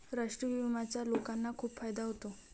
राष्ट्रीय विम्याचा लोकांना खूप फायदा होतो